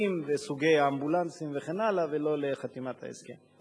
וסוגי האמבולנסים וכן הלאה ולא לחתימת ההסכם.